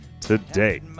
today